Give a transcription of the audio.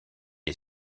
est